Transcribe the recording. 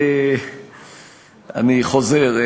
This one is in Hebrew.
אני חוזר.